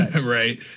Right